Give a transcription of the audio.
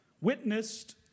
witnessed